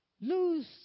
lose